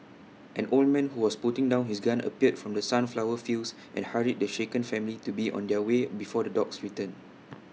an old man who was putting down his gun appeared from the sunflower fields and hurried the shaken family to be on their way before the dogs return